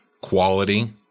quality